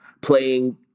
playing